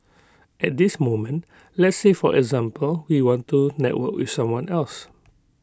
at this moment let's say for example we want to network with someone else